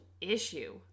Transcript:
issue